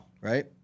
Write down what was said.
Right